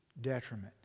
detriment